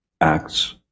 Acts